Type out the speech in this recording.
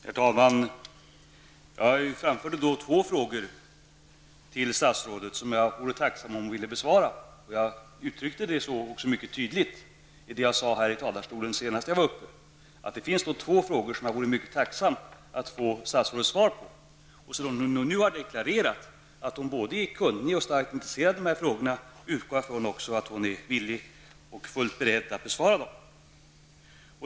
Herr talman! Jag framförde två frågor till statsrådet som jag vore mycket tacksam om hon ville besvara. Jag sade också mycket tydligt att det var just dessa två frågor som jag vore mycket tacksam att få statsrådets svar på. Eftersom hon nu har deklarerat att hon är både kunnig och starkt intresserad av dessa frågor, utgår jag ifrån att hon också är villig och fullt beredd att besvara dem.